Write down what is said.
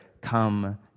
come